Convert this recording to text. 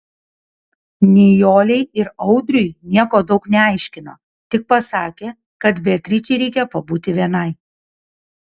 nijolei ir audriui nieko daug neaiškino tik pasakė kad beatričei reikia pabūti vienai